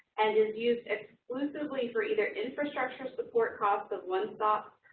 and is used exclusively for either infrastructure support costs of one stops,